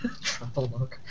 Travelogue